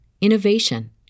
innovation